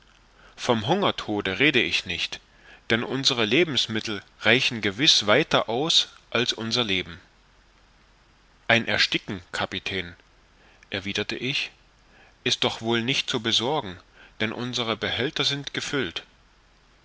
vom hungertode rede ich nicht denn unsere lebensmittel reichen gewiß weiter aus als unser leben ein ersticken kapitän erwiderte ich ist doch wohl nicht zu besorgen denn unsere behälter sind gefüllt